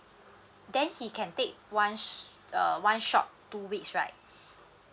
then he can take one sh~ uh one short two weeks right